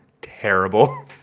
Terrible